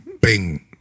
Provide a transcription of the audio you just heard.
bing